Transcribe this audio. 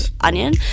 onion